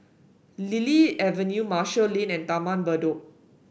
Lily Avenue Marshall Lane and Taman Bedok